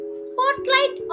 spotlight